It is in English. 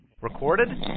Recorded